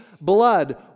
blood